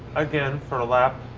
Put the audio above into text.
again, for a lap.